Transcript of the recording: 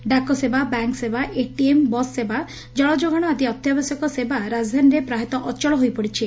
ଡାକସେବା ବ୍ୟାଙ୍କସେବା ଏଟିଏମ୍ ବସ୍ସେବା ଜଳଯୋଗାଣ ଆଦି ଅତ୍ୟାବଶ୍ୟକ ସେବା ରାଜଧାନୀରେ ପ୍ରାୟତଃ ଅଚଳ ହୋଇପଡିଛି